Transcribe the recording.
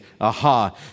Aha